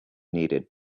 needed